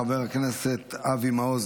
חבר הכנסת אבי מעוז,